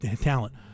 talent